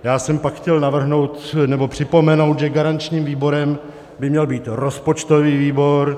Já jsem pak chtěl navrhnout, nebo připomenout, že garančním výborem by měl být rozpočtový výbor.